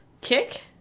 Kick